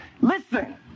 Listen